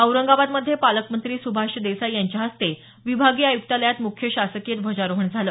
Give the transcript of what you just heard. औरंगाबादमधे पालकमंत्री सुभाष देसाई यांच्या हस्ते विभागीय आयुक्तालयात मुख्य शासकीय ध्वजारोहण झालं